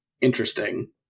Interesting